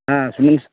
ಹಾಂ ಸುಮನ್ಸ್